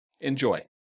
Enjoy